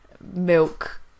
milk